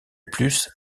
plus